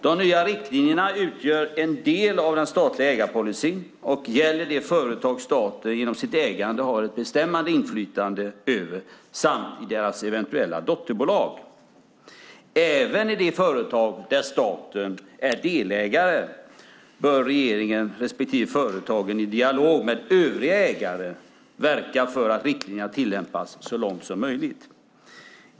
De nya riktlinjerna utgör en del av den statliga ägarpolicyn och gäller de företag som staten genom sitt ägande har ett bestämmande inflytande över samt i deras eventuella dotterbolag. Även i de företag där staten är delägare bör regeringen respektive företagen i dialog med övriga ägare verka för att riktlinjerna tillämpas så långt som möjligt.